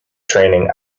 training